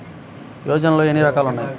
యోజనలో ఏన్ని రకాలు ఉన్నాయి?